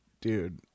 dude